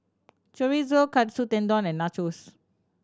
Chorizo Katsu Tendon and Nachos